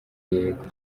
yego